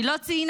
היא לא ציינה,